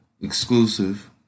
exclusive